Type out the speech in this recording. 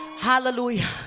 Hallelujah